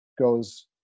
goes